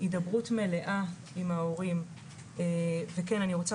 הידברות מלאה עם ההורים וכן אני רוצה